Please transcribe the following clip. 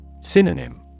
Synonym